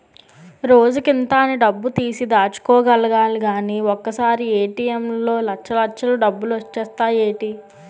రోజుకింత అని డబ్బుతీసి దాచుకోలిగానీ ఒకసారీ ఏ.టి.ఎం లో లచ్చల్లచ్చలు డబ్బులొచ్చేత్తాయ్ ఏటీ?